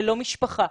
ללא משפחה.